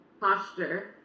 posture